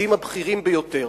הפקידים הבכירים ביותר,